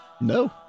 No